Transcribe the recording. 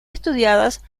estudiadas